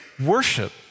worship